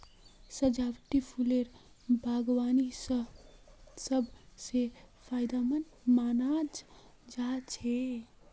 सजावटी फूलेर बागवानी सब स फायदेमंद मानाल जा छेक